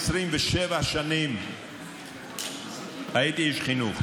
27 שנים הייתי איש חינוך,